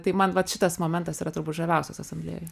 tai man vat šitas momentas yra turbūt žaviausias asamblėjoje